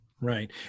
right